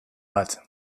bat